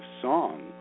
song